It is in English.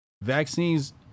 Vaccines